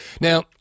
Now